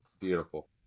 Beautiful